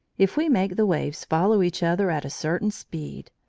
if we make the waves follow each other at a certain speed,